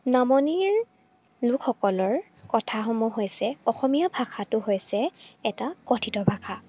নামনিৰ লোকসকলৰ কথাসমূহ হৈছে অসমীয়া ভাষাটো হৈছে এটা কথিত ভাষা